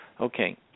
Okay